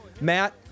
Matt